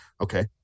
Okay